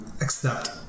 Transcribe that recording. accept